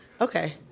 Okay